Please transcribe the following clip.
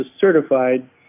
certified